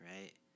right